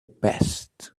best